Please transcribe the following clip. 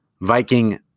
Viking